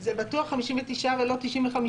זה בטוח 59 ולא 95?